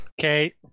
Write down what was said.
Okay